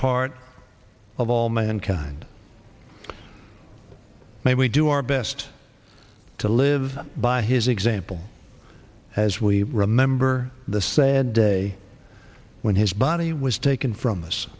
part of all mankind may we do our best to live by his example as we remember the said day when his body was taken from us